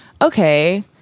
okay